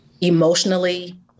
emotionally